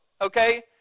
okay